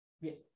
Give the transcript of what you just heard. Yes